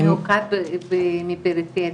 במיוחד מפריפריה.